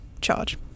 charge